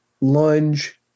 lunge